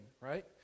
right